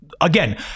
again